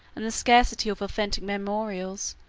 and the scarcity of authentic memorials,